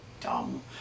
dumb